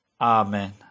Amen